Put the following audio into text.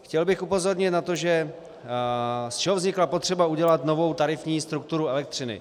Chtěl bych upozornit na to, z čeho vznikla potřeba udělat novou tarifní strukturu elektřiny.